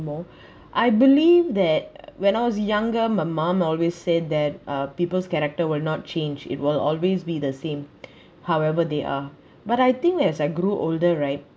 more I believe that when I was younger my mom always said that uh people's character will not change it will always be the same however they are but I think as I grew older right